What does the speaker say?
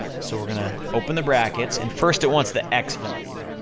so we're gonna open the brackets, and first it wants the x value.